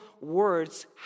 words